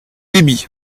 débits